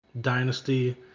Dynasty